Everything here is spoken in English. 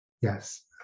yes